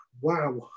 Wow